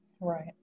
Right